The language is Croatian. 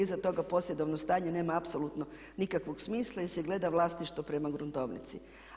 Iza toga posjedovno stanje nema apsolutno nikakvog smisla jer se gleda vlasništvo prema gruntovnici.